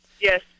Yes